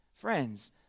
Friends